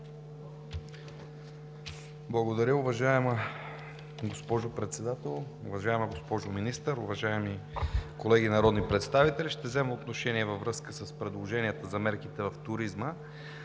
Благодаря, уважаема госпожо Председател. Уважаема госпожо Министър, колеги народни представители! Ще взема отношение във връзка с предложенията за мерките в туризма.